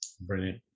Brilliant